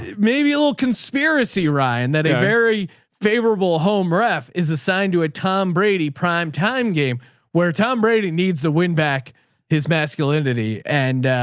maybe a little conspiracy ryan that a very favorable home ref is assigned to a tom brady prime time game where tom brady needs a win back his masculinity, and